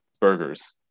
burgers